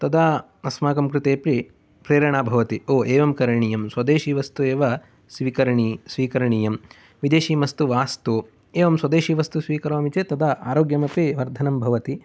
तदा अस्माकं कृतेपि प्रेरणा भवति ओ एवं करणीयं स्वदेशीय वस्तु एव स्वीकरणी स्वीकरणीयम् विदेशीय वस्तु मास्तु एवं स्वदेशीय वस्तु स्वीकरोमि चेत् तदा आरोग्यम् अपि वर्धनं भवति